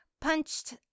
punched